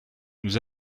nous